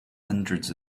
hundreds